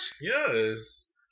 Yes